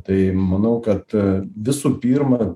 tai manau kad visų pirma